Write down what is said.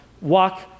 walk